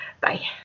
Bye